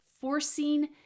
forcing